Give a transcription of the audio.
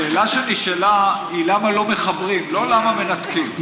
השאלה שנשאלה היא למה לא מחברים, לא למה מנתקים.